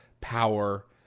power